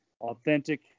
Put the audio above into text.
Authentic